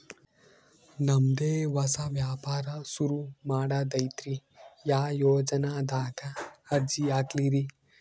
ನಮ್ ದೆ ಹೊಸಾ ವ್ಯಾಪಾರ ಸುರು ಮಾಡದೈತ್ರಿ, ಯಾ ಯೊಜನಾದಾಗ ಅರ್ಜಿ ಹಾಕ್ಲಿ ರಿ?